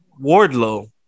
Wardlow